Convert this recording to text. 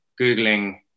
Googling